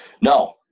No